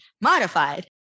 modified